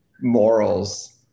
morals